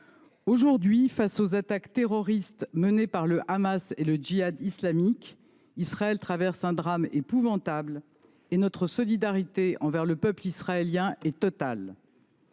aujourd’hui, face aux attaques terroristes menées par le Hamas et le Djihad islamique, Israël traverse un drame épouvantable, et notre solidarité envers le peuple israélien est totale.